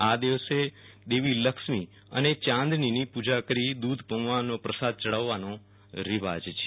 આ દિવસે દેવી લક્ષ્મી અને ચાંદનીની પુજા કરી દુધ પૌવાનો પ્રસાદ ચડાવવાનો રિવાજ છે